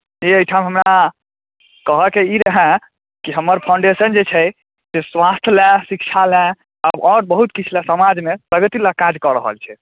से एहिठाम हमरा कहय के ई रहए जे हमर फाउन्डेशन जे छै से स्वास्थ्य लेल शिक्षा लेल आ आओर बहुत किछु लेल समाजमे प्रगति लेल काज कऽ रहल छै